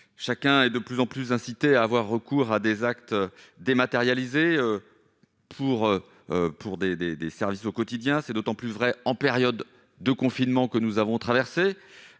chacun est de plus en plus inciter à avoir recours à des actes dématérialisé pour pour des, des, des services au quotidien, c'est d'autant plus vrai en période de confinement que nous avons traversée